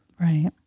Right